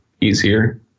easier